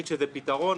להגיד שזה פתרון?